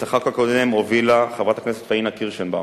את החוק הקודם הובילה חברת הכנסת פאינה קירשנבאום,